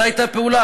זו הייתה הפעולה.